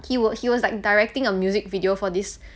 he was he was like directing a music video for this